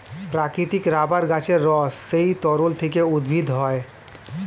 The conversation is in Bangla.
প্রাকৃতিক রাবার গাছের রস সেই তরল থেকে উদ্ভূত হয়